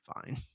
fine